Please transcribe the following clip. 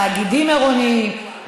תאגידים עירוניים,